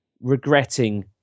regretting